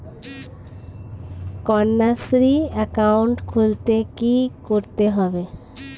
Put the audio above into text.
Kanyashree account খুলতে কী করতে হবে?